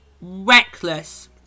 reckless